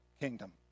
kingdom